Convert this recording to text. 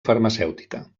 farmacèutica